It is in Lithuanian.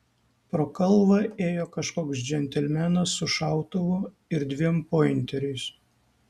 pro kalvą ėjo kažkoks džentelmenas su šautuvu ir dviem pointeriais